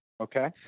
Okay